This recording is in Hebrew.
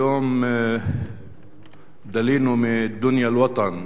היום דלינו מ"דוניא אל-וטן",